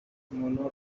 monotony